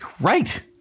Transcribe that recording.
Right